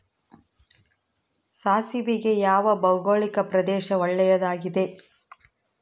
ಸಾಸಿವೆಗೆ ಯಾವ ಭೌಗೋಳಿಕ ಪ್ರದೇಶ ಒಳ್ಳೆಯದಾಗಿದೆ?